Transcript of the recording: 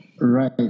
right